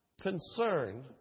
concerned